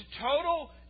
total